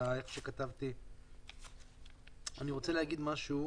אני רוצה להגיד משהו